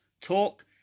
Talk